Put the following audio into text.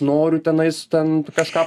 noriu tenais ten kažką